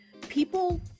people